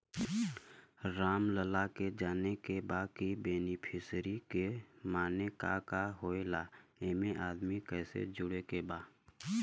रामलाल के जाने के बा की बेनिफिसरी के माने का का होए ला एमे आदमी कैसे जोड़े के बा?